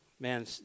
man